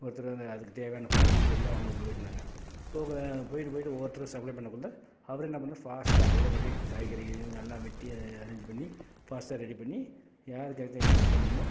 ஒருத்தர் வந்து அதுக்கு தேவையான மளிகை பொருள்லாம் வாங்க போயிருந்தாங்க போக் போயிட்டு போயிட்டு ஒவ்வொருத்தரா சப்ளை பண்ணக்குள்ள அவர் என்ன பண்ணாரு ஃபாஸ்ட்டாக அதேமாதிரி காய்கறிலாம் நல்லா வெட்டி அதை அரேஞ்ச் பண்ணி ஃபாஸ்ட்டாக ரெடி பண்ணி யாருக்கு அடுத்தது என்னென்ன பண்ணணுமோ